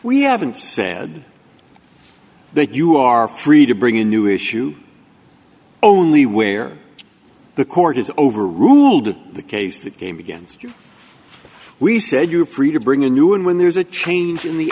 we haven't said that you are free to bring a new issue only where the court has overruled the case that came against you we said you prefer bring in new and when there's a change in the